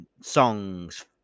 songs